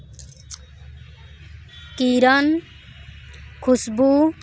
किरण खुशबू